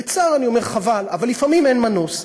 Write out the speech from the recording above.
בצער אני אומר, חבל, אבל לפעמים אין מנוס.